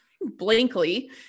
blankly